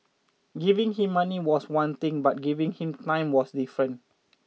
giving him money was one thing but giving him time was different